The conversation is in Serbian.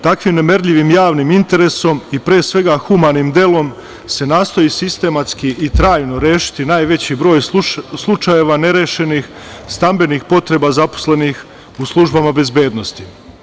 Takvim nemerljivim javnim interesom i, pre svega, humanim delom se nastoji sistematski i trajno rešiti najveći broj slučajeva nerešenih stambenih potreba zaposlenih u službama bezbednosti.